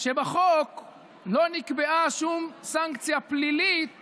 בחוק לא נקבעה שום סנקציה פלילית